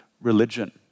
Religion